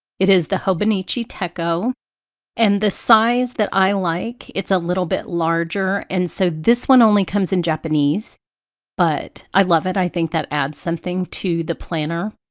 it is the hobonichi techo and the size that i like it's a little bit larger and so this one only comes in japanese but i love it. i think that adds something to the planner.